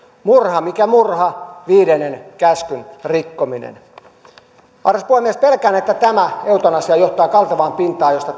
murha mikä murha viidennen käskyn rikkominen arvoisa puhemies pelkään että tämä eutanasia johtaa kaltevaan pintaan josta